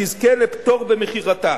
תזכה לפטור במכירתה.